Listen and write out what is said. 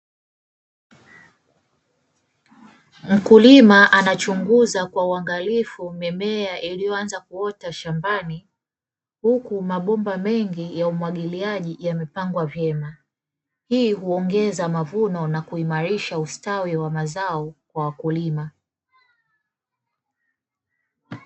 Mkulima anayechunguza kwa uangalifu mimea iliyoanza kuota shambani, huku mabomba mengi ya umwagiliaji yamepangwa vyema. Hii huongeza mavuno na kuimarisha ustawi wa mazao ya wakulima.